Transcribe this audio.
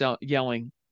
yelling